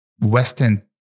Western